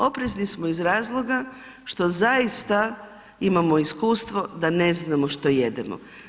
Oprezni smo iz razloga što zaista imamo iskustvo da ne znamo što jedemo.